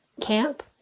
camp